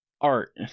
art